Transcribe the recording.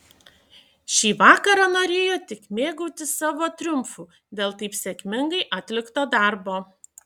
šį vakarą norėjo tik mėgautis savo triumfu dėl taip sėkmingai atlikto darbo